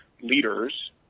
leaders